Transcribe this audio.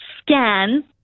scan